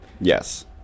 Yes